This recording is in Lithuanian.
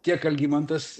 tiek algimantas